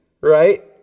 right